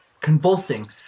convulsing